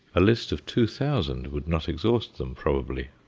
a list of two thousand would not exhaust them probably.